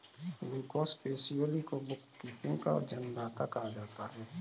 Lucas Pacioli को bookkeeping का जन्मदाता कहा जाता है